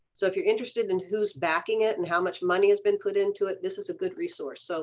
so if you're interested in, who's backing it and how much money has been put into it. this is a good resource. so